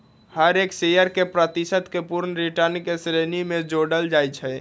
हर एक शेयर के प्रतिशत के पूर्ण रिटर्न के श्रेणी में जोडल जाहई